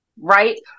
Right